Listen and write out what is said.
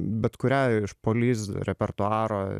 bet kurią iš poliz repertuaro